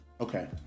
Okay